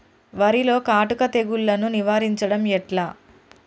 వరిలో కాటుక తెగుళ్లను నివారించడం ఎట్లా?